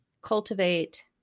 cultivate